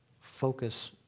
focus